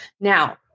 Now